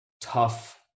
tough